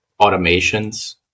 automations